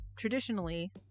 Traditionally